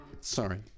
Sorry